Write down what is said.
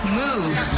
Move